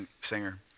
singer